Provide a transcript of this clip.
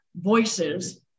voices